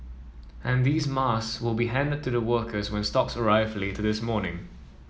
and these masks will be handed to the workers when stocks arrive later this morning